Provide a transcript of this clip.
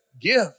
give